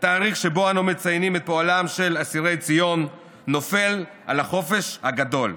התאריך שבו אנו מציינים את פועלם של אסירי ציון נופל על החופש הגדול,